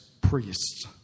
priests